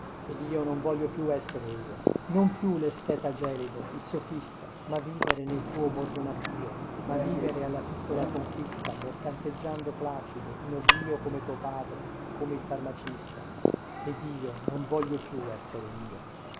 ed io non voglio più essere io non più lesteta gelido il sofista ma vivere nel tuo borgo natio ma vivere alla piccola conquista mercanteggiando placido in oblio come tuo padre come il farmacista ed io non voglio più essere io